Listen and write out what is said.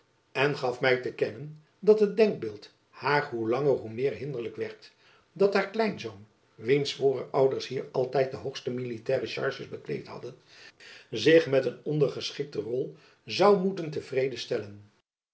en gaf my te kennen dat het denkbeeld haar hoe langer hoe meer hinderlijk werd dat haar kleinzoon wiens voorouders hier altijd de hoogste militaire charges bekleed hadden zich met een ondergeschikte rol zoû moeten te vrede stellen